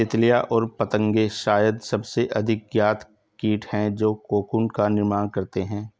तितलियाँ और पतंगे शायद सबसे अधिक ज्ञात कीट हैं जो कोकून का निर्माण करते हैं